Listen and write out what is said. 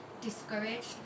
discouraged